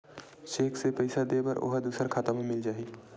Cheque से पईसा दे बर ओहा दुसर खाता म मिल जाही?